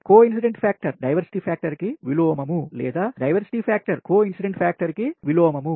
coincidence factor diversity factor కి విలోమము లేదా డైవర్సిటీ ఫ్యాక్టర్ కోఇన్సిడెంట్సి ఫ్యాక్టర్ కి విలోమము